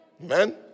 Amen